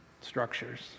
structures